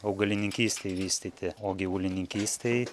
augalininkystei vystyti o gyvulininkystei